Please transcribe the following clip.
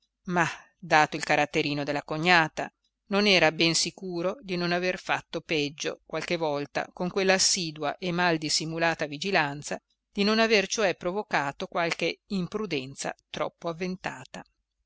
ma dato il caratterino della cognata non era ben sicuro di non aver fatto peggio qualche volta con quella assidua e mal dissimulata vigilanza di non aver cioè provocato qualche imprudenza troppo avventata